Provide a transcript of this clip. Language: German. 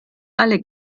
alle